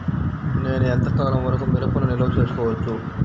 నేను ఎంత కాలం వరకు మిరపను నిల్వ చేసుకోవచ్చు?